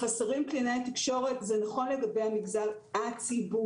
חסרים קלינאי תקשורת, זה נכון לגבי המגזר הציבורי.